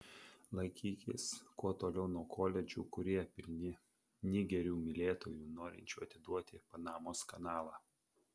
laikykis kuo toliau nuo koledžų kurie pilni nigerių mylėtojų norinčių atiduoti panamos kanalą